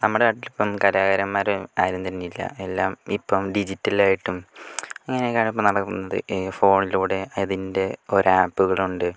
നമ്മുടെ നാട്ടിലിപ്പം കലാകാരന്മാർ ആരും തന്നെയില്ല എല്ലാം ഇപ്പം ഡിജിറ്റല് ആയിട്ടും അങ്ങനെയൊക്കെ ആണ് ഇപ്പോൾ നടക്കുന്നത് ഫോണിലൂടെ അതിന്റെ ഓരോ ഏപ്പുകളുണ്ട്